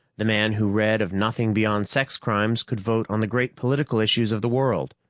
the man who read of nothing beyond sex crimes could vote on the great political issues of the world.